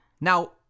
now